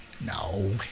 No